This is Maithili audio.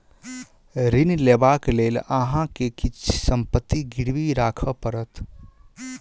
ऋण लेबाक लेल अहाँ के किछ संपत्ति गिरवी राखअ पड़त